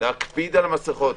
להקפיד על עטיית מסיכות.